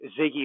Ziggy